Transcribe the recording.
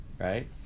Right